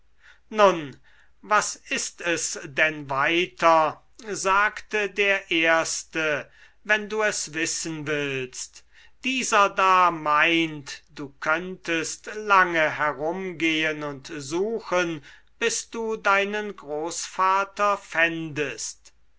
nun was ist es denn weiter sagte der erste wenn du es wissen willst dieser da meint du könntest lange herumgehen und suchen bis du deinen großvater fändest